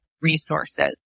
resources